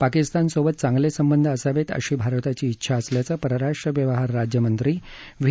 पाकिस्तानसोबत चांगले संबंध असावेत अशी भारताची इच्छा असल्याचं परराष्ट्र व्यवहार राज्यमंत्री व्ही